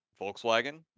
volkswagen